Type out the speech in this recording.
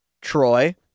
Troy